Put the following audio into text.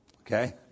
Okay